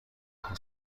دارد